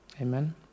Amen